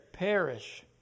perish